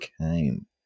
came